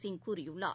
சிங் கூறியுள்ளார்